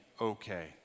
okay